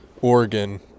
Oregon